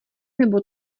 nebo